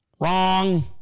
Wrong